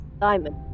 diamond